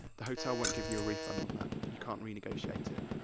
the hotel won't give you a refund on that. you can't renegotiate it.